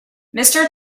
mister